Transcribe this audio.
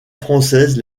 française